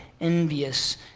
envious